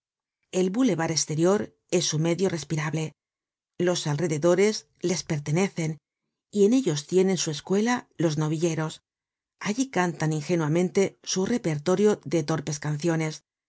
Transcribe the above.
el boulevard esterior es su medio respirable los alrededores les pertenecen y en ellos tienen su escuela los novilleros allí cantan ingenuamente su repertorio de torpes canciones